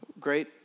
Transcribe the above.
great